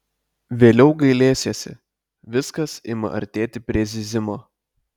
vėliau gailėsiesi viskas ima artėti prie zyzimo